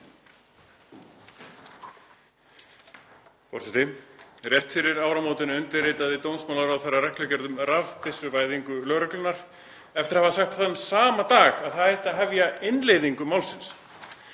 Forseti. Rétt fyrir áramótin undirritaði dómsmálaráðherra reglugerð um rafbyssuvæðingu lögreglunnar eftir að hafa sagt þann sama dag að hefja ætti innleiðingu málsins.